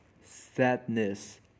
sadness